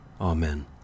Amen